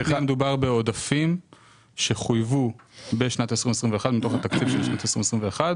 מדובר בעודפים שחויבו בשנת 2021 מתוך התקציב וכעת